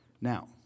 Now